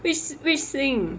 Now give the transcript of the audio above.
which which 星